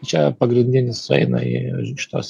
čia pagrindinis sueina į šituos